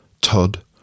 Todd